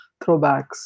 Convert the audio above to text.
throwbacks